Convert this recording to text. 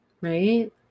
right